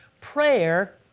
Prayer